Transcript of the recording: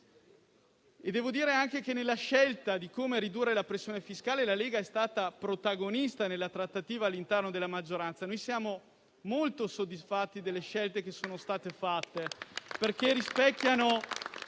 Devo dire anche che, nella scelta di come ridurre la pressione fiscale, la Lega è stata protagonista nella trattativa all'interno della maggioranza. Siamo molto soddisfatti delle scelte che sono state fatte perché rispecchiano